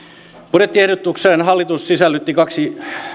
budjettiehdotukseen hallitus sisällytti lisäksi